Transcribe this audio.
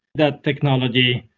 that technology,